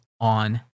on